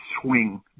swing